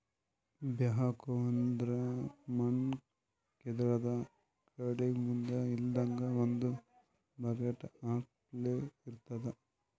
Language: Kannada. ಬ್ಯಾಕ್ಹೊ ಅಂದ್ರ ಮಣ್ಣ್ ಕೇದ್ರದ್ದ್ ಗಾಡಿಗ್ ಮುಂದ್ ಇಲ್ಲಂದ್ರ ಒಂದ್ ಬಕೆಟ್ ಅಪ್ಲೆ ಇರ್ತದ್